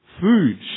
Food